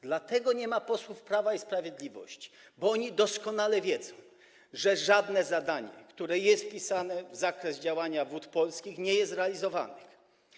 Dlatego nie ma posłów Prawa i Sprawiedliwości, bo oni doskonale wiedzą, że żadne zadanie, które jest wpisane w zakres działania Wód Polskich, nie jest realizowane.